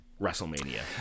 WrestleMania